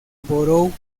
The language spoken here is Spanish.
borough